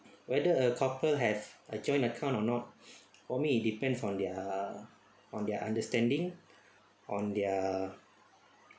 whether a couple have a joint account or not for me it depends on their on their understanding on their